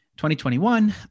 2021